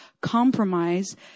compromise